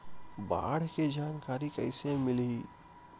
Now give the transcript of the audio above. बाढ़ के जानकारी कइसे मिलही?